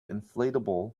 inflatable